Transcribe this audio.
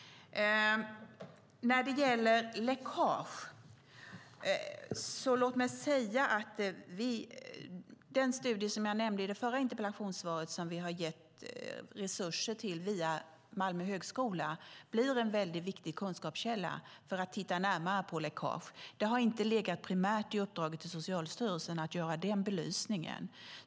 Sedan var det frågan om läckage. Den studie jag nämnde i det förra interpellationssvaret, som vi har gett resurser till via Malmö högskola, blir en viktig kunskapskälla för att titta närmare på läckage. Det har inte primärt legat i uppdraget till Socialstyrelsen att göra den belysningen.